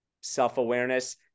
self-awareness